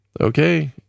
Okay